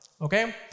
okay